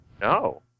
No